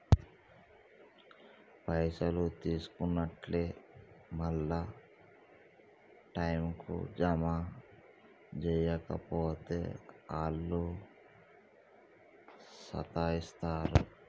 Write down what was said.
పైసలు తీసుకున్నట్లే మళ్ల టైంకు జమ జేయక పోతే ఆళ్లు సతాయిస్తరు